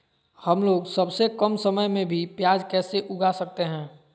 हमलोग सबसे कम समय में भी प्याज कैसे उगा सकते हैं?